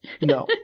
No